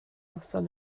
noson